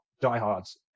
diehards